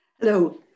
Hello